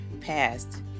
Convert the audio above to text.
passed